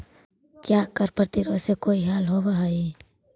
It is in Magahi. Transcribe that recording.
क्या कर प्रतिरोध से कोई हल होवअ हाई